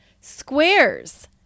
squares